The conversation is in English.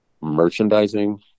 merchandising